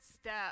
step